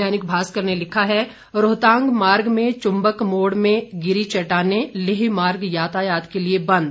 दैनिक भास्कर ने लिखा है रोहतांग मार्ग में चुम्बक मोड़ में गिरीं चट्टानें लेह मार्ग यातायात के लिये बंद